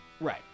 Right